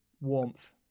warmth